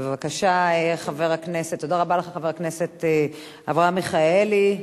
תודה רבה לך, חבר הכנסת אברהם מיכאלי.